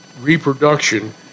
reproduction